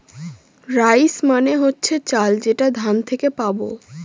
rice মানে হচ্ছে চাল যেটা ধান থেকে পাবো